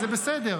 זה בסדר,